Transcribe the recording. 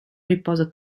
riposa